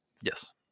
Yes